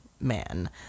man